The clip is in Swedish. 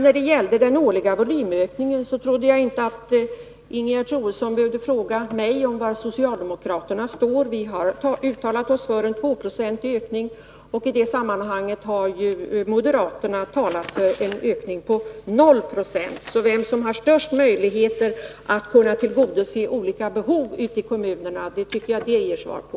När det gäller den årliga volymökningen trodde jag inte att Ingegerd Troedsson behövde fråga mig om var socialdemokraterna står. Vi har uttalat oss för en 2-procentig ökning. I det sammanhanget har moderaterna talat för en ökning på 0 70. Vem som har de största möjligheterna att tillgodose olika behov i kommunerna tycker jag att dessa uppgifter ger svar på.